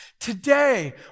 Today